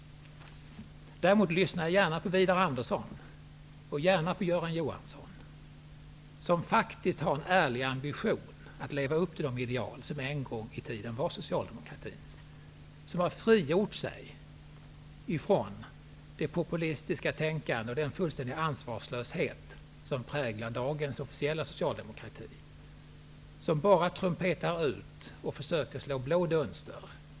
Däremot lyssnar jag gärna på Widar Andersson och på Göran Johansson, som faktiskt har en ärlig ambition att leva upp till de ideal som en gång i tiden var socialdemokratins. De har frigjort sig från det populistiska tänkande och den fullständiga ansvarslöshet som präglar dagens officiella socialdemokrati, vilken bara trumpetar ut slagord och försöker slå blå dunster i människors ögon.